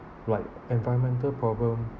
like environmental problem